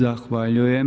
Zahvaljujem.